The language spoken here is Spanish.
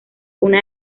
una